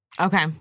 okay